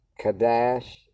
Kadash